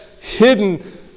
hidden